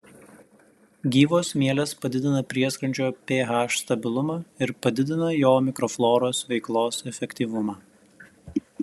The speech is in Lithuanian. gyvos mielės padidina prieskrandžio ph stabilumą ir padidina jo mikrofloros veiklos efektyvumą